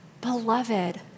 Beloved